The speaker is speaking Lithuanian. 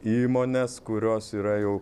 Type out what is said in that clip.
įmones kurios yra jau